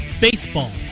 baseball